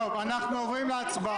או שנחכה עד שהם יתפנו.